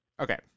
Okay